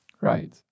Right